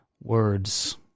words